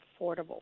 affordable